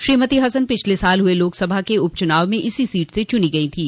श्रीमती हसन पिछले साल हुए लोकसभा के उपचुनाव में इसी सीट से चुनी गई थीं